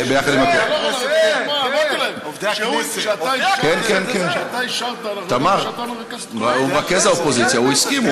תמר, הוא מרכז האופוזיציה, הוא הסכים.